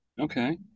Okay